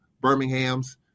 Birmingham's